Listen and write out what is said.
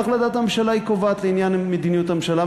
והחלטת הממשלה קובעת לעניין מדיניות הממשלה,